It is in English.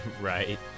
Right